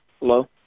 Hello